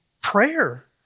prayer